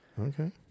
Okay